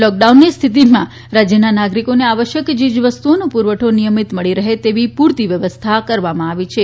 લોક ડાઉનની સ્થિતિમાં રાજયના નાગરીકોને આવશ્યક ચીજવસ્તુઓનો પુરવઠો નિથમિત મળી રહે તેવી પુરતી વ્યવસ્થા કરવામાં આવી છે